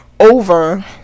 Over